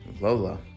Lola